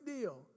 deal